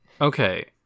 Okay